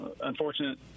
unfortunate